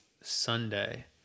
Sunday